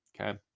Okay